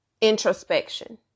introspection